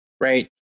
right